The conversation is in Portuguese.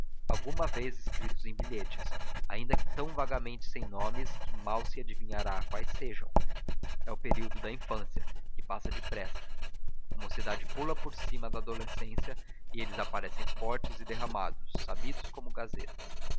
alguma vez escritos em bilhetes ainda que tão vagamente e sem nomes que mal se adivinhará quais sejam é o período da infância que passa depressa a mocidade pula por cima da adolescência e eles aparecem fortes e derramados sabidos como gazetas